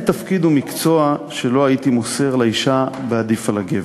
תפקיד ומקצוע שלא הייתי מוסר לאישה בעדיף על הגבר".